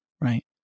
right